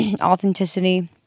authenticity